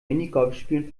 minigolfspielen